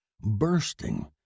BURSTING